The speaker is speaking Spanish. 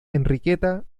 enriqueta